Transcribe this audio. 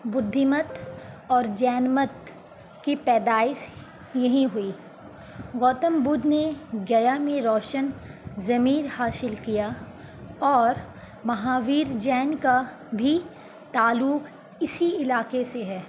بدھی مت اور جین مت کی پیدائش یہیں ہوئی گوتم بدھ نے گیا میں روشن ضمیر حاصل کیا اور مہاویر جین کا بھی تعلق اسی علاقے سے ہے